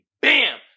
bam